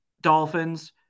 Dolphins